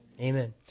Amen